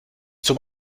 zum